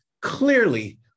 clearly